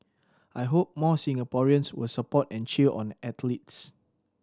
I hope more Singaporeans will support and cheer on our athletes